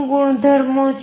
ગુણધર્મો શું છે